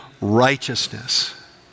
righteousness